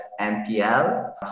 NPL